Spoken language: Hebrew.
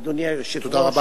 אדוני היושב-ראש.